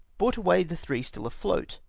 brought away the three still afloat.